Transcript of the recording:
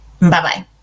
Bye-bye